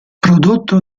prodotto